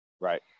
Right